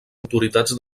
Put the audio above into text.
autoritats